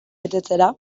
betetzera